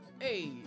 Hey